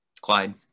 Clyde